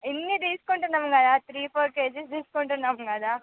ఇన్ని తీసుకుంటున్నాం కదా త్రీ ఫోర్ కేజెస్ తీసుకుంటున్నాం కదా